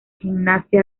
gimnasia